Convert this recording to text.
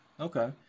okay